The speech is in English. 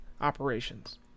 Operations